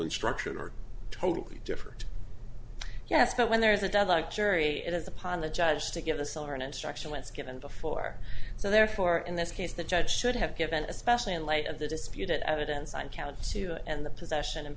instruction are totally different yes but when there is a deadlocked jury it is upon the judge to give the seller an instruction was given before so therefore in this case the judge should have given especially in light of the disputed evidence on count two and the possession and